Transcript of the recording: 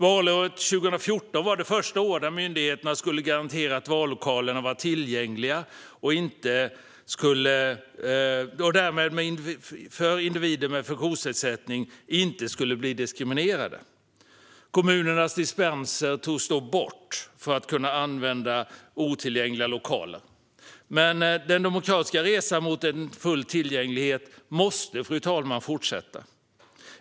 Valåret 2014 var det första år då myndigheterna skulle garantera att vallokalerna var tillgängliga och att individer med funktionsnedsättning inte skulle bli diskriminerade. Kommunernas dispenser för att använda otillgängliga lokaler togs då bort, men den demokratiska resan mot full tillgänglighet måste, fru talman, fortsätta.